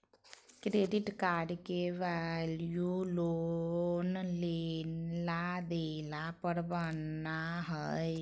credit card के value loan लेला देला पर बना हइ